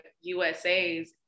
USA's